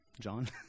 John